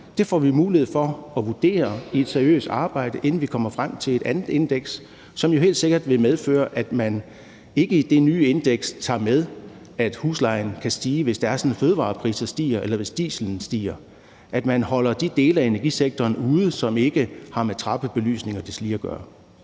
Det får vi mulighed for at vurdere i forbindelse med et seriøst arbejde, inden vi kommer frem til et andet indeks, og det vil jo helt sikkert medføre, at man ikke i det nye indeks tager med, at huslejen kan stige, hvis det er sådan, at fødevarepriserne stiger, eller hvis dieselen stiger, altså at man holder de dele af energisektoren ude, som ikke har med trappebelysning og deslige at gøre.